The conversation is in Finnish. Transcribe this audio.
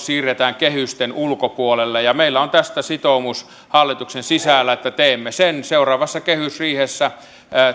siirretään kehysten ulkopuolelle ja meillä on tästä sitoumus hallituksen sisällä että teemme sen seuraavassa kehysriihessä